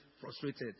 frustrated